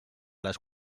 les